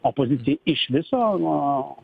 opozicijai iš viso nuo